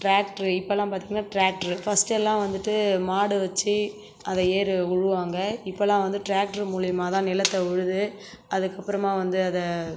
tractor இப்பல்லாம் பார்த்தீங்கனா tractor first எல்லா வந்துட்டு மாடு வச்சு அதை ஏரு உழுவாங்க இப்பல்லாம் வந்து ட்ராக்ட்ர் மூலிமாதான் நிலத்தை உழுது அதுக்கப்பறமாக வந்து அதை